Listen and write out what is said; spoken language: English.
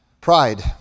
Pride